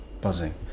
buzzing